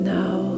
now